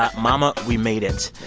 ah mama, we made it.